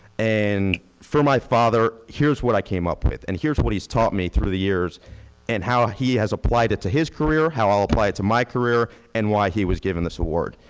and for my father, here's what i came up with and here's what he's taught me through the years and how he has applied it to his career, how i'll apply it to my career and why he was given this award.